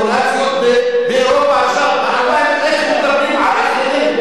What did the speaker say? תחזיר את תעודת הזהות של,